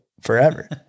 forever